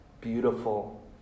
beautiful